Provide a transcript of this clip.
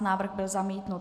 Návrh byl zamítnut.